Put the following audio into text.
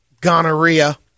gonorrhea